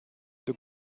the